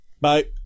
Bye